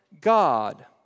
God